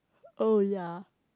oh ya